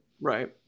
Right